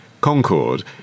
Concorde